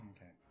Okay